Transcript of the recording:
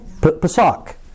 Pesach